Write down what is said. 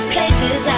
Places